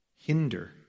hinder